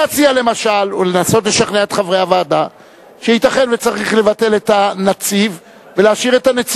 תתבצע על-חשבון העובר על החוק.